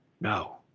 No